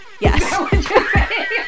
Yes